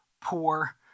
poor